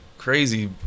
crazy